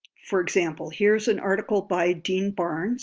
for example, here's an article by dean barnes